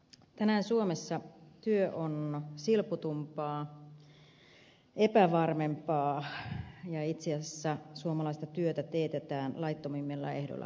tänään suomessa työ on silputumpaa epävarmempaa ja itse asiassa suomalaista työtä teetetään laittomimmilla ehdoilla kuin koskaan